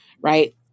right